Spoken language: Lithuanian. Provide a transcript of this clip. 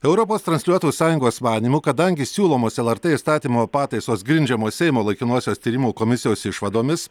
europos transliuotojų sąjungos manymu kadangi siūlomos lrt įstatymo pataisos grindžiamos seimo laikinosios tyrimų komisijos išvadomis